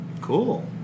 Cool